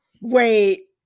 wait